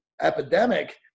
epidemic